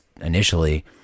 initially